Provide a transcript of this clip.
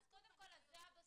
אז קודם כל זה הבסיס.